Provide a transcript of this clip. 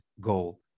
goal